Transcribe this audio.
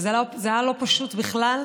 וזה היה לא פשוט בכלל,